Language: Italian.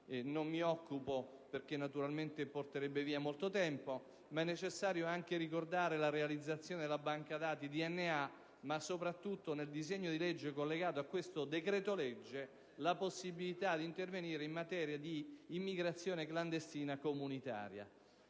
non mi occupo perché porterebbe via molto tempo. È tuttavia necessario ricordare la realizzazione della banca dati del DNA ma soprattutto, nel disegno di legge collegato a questo decreto-legge, la possibilità di intervenire in materia di immigrazione clandestina comunitaria.